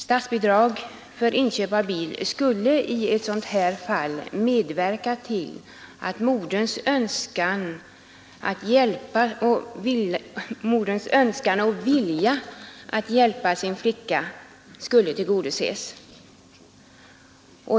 Statsbidrag för inköp av bil skulle i ett sådant här fall medverka till att moderns önskan och vilja att hjälpa sin flicka skulle tillgodoses.